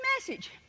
message